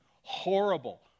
horrible